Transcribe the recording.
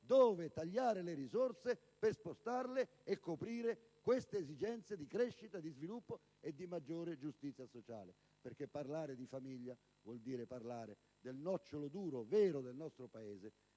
dove tagliare le risorse per spostarle e coprire queste esigenze di crescita, di sviluppo e di maggiore giustizia sociale. Infatti, parlare di famiglia vuol dire parlare del nocciolo duro e vero del nostro Paese,